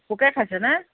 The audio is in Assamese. পোকে খাইছে নে